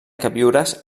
queviures